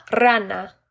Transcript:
rana